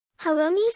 Harumis